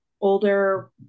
older